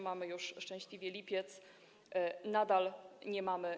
Mamy już szczęśliwie lipiec, a nadal nie mamy.